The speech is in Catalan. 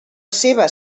seva